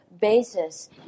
basis